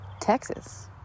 Texas